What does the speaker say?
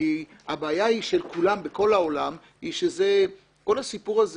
כי הבעיה של כולם בכל העולם היא שכל הסיפור הזה